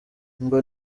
ngo